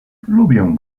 lubię